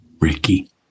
Ricky